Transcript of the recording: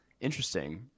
Interesting